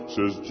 Says